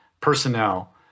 personnel